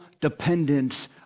dependence